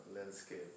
landscape